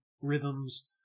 rhythms